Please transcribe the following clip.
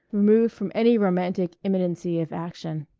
removed from any romantic imminency of action.